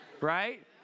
Right